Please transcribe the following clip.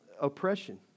oppression